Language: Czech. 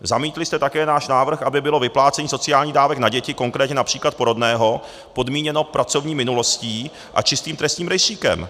Zamítli jste také náš návrh, aby bylo vyplácení sociálních dávek na děti, konkrétně například porodného, podmíněno pracovní minulostí a čistým trestním rejstříkem.